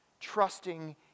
trusting